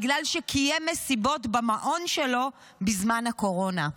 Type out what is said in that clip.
בגלל שקיים מסיבות במעון שלו בזמן הקורונה,